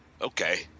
okay